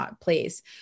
place